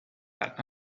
that